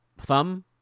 Thumb